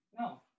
No